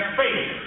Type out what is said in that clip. faith